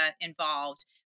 involved